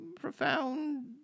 profound